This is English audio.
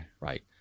right